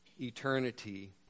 eternity